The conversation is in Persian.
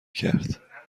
کرد